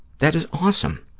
that is awesome.